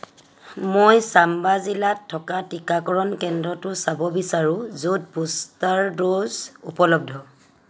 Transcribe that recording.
মই চাম্বা জিলাত থকা টীকাকৰণ কেন্দ্ৰটো চাব বিচাৰোঁ য'ত বুষ্টাৰ ড'জ উপলব্ধ